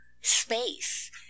space